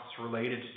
related